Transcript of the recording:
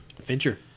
Fincher